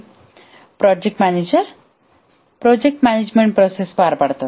आणि त्याच वेळी project manager project management process पार पाडतात